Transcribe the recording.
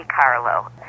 Carlo